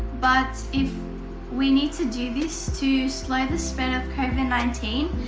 but if we need to do this to slow the spread of covid nineteen,